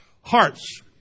hearts